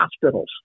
hospitals